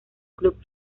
club